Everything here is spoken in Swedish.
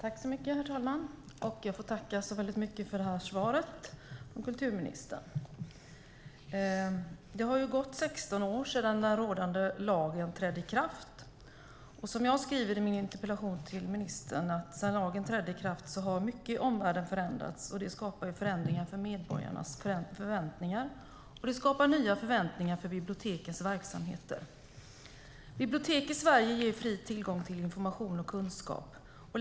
Herr talman! Jag får tacka så mycket för svaret från kulturministern. Det har gått 16 år sedan nu rådande lag trädde i kraft. Som jag skriver i min interpellation till ministern har mycket i omvärlden förändrats sedan lagen trädde i kraft. Detta skapar förändringar för medborgarnas förväntningar, och detta skapar nya förväntningar beträffande bibliotekens verksamheter. Bibliotek i Sverige ger fri tillgång till information och kunskap.